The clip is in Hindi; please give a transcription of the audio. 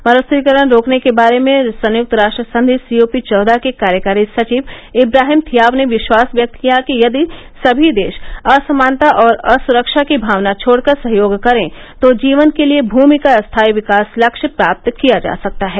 मरूस्थलीकरण रोकने के बारे में संयुक्त राष्ट्र संधि सी ओ पी चौदह के कार्यकारी सचिव इब्राहिम थिआव ने विश्वास व्यक्त किया कि यदि सभी देश असमानता और असुरक्षा की भावना छोडकर सहयोग करें तो जीवन के लिए भूमि का स्थायी विकास लक्ष्य प्राप्त किया जा सकता है